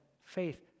faith